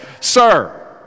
sir